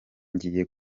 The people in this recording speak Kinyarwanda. ngiye